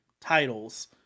titles